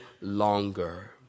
longer